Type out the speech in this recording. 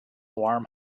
warm